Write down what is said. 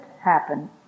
happen